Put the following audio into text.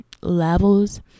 levels